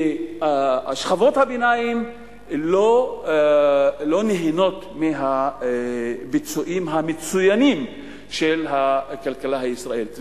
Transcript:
שכבות הביניים לא נהנות מהביצועים המצוינים של הכלכלה הישראלית.